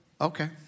Okay